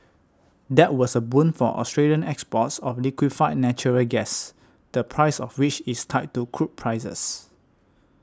that was a boon for Australian exports of liquefied natural gas the price of which is tied to crude prices